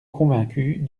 convaincue